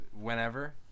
whenever